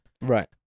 Right